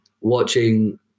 watching